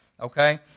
Okay